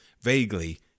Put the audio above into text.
vaguely